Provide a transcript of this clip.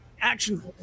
action